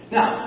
Now